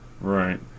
right